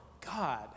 God